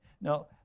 Now